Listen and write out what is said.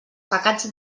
pecats